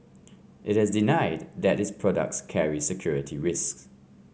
it has denied that its products carry security risks